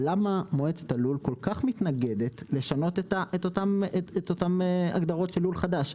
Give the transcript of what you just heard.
למה מועצת הלול כל כך מתנגדת לשנות את אותן הגדרות של לול חדש,